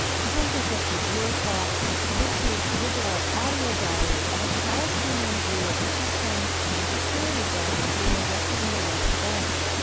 contact us with your thoughts. this week visit our audio gallery of a palestinian view of checkpoints and the security barrier being erected in the west bank.